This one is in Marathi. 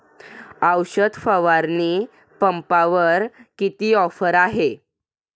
औषध फवारणी पंपावर किती ऑफर आहे?